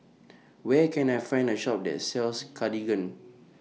Where Can I Find A Shop that sells Cartigain